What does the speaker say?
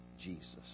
Jesus